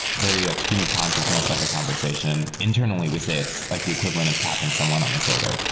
very extreme of consciousness like a conversation. internally, we say it's like the equivalent of tapping someone on the shoulder.